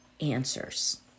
answers